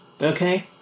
okay